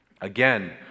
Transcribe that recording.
Again